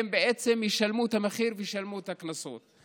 הם ישלמו את המחיר וישלמו את הקנסות.